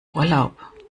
urlaub